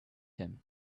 him